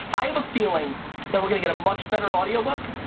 i have a feeling that we're going to get a much better audio book,